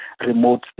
remote